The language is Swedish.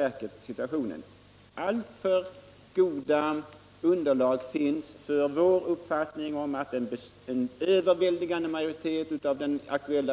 Det finns mycket gott underlag för vår uppfattning att en överväldigande majoritet av